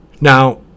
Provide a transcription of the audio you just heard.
Now